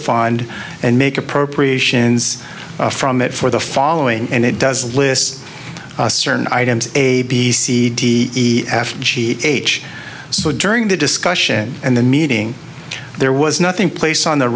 find and make appropriations from it for the following and it does list certain items a b c d e f g h so during the discussion and the meeting there was nothing placed on the